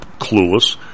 clueless